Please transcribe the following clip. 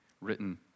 written